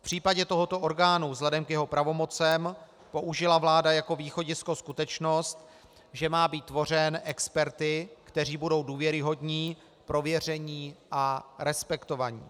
V případě tohoto orgánu vzhledem k jeho pravomocem použila vláda jako východisko skutečnost, že má být tvořen experty, kteří budou důvěryhodní, prověření a respektovaní.